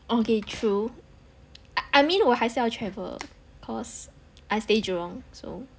okay true I mean 我还是要 travel cause I stay jurong so